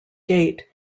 gate